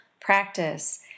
practice